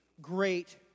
great